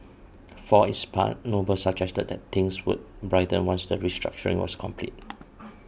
for its part Noble suggested that things would brighten once the restructuring was complete